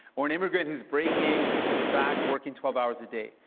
or an immigrant who's breaking his back working twelve hours a day.